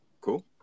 cool